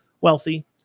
wealthy